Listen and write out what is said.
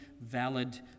valid